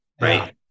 right